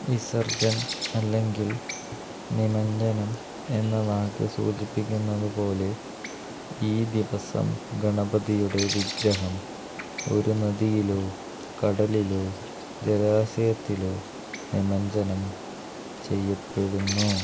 വിസർജൻ അല്ലെങ്കിൽ നിമജ്ജനം എന്ന വാക്ക് സൂചിപ്പിക്കുന്നതുപോലെ ഈ ദിവസം ഗണപതിയുടെ വിഗ്രഹം ഒരു നദിയിലോ കടലിലോ ജലാശയത്തിലോ നിമജ്ജനം ചെയ്യപ്പെടുന്നു